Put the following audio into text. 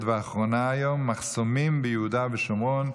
ואחרונה היום: מחסומים ביהודה ושומרון.